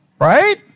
right